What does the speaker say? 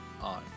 on